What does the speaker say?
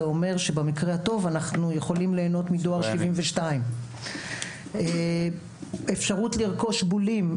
זה אומר שבמקרה הטוב אנחנו יכולים ליהנות מדואר 72. אפשרות לרכוש בולים,